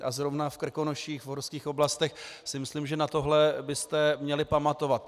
A zrovna v Krkonoších, v horských oblastech si myslím, že na tohle byste měli pamatovat.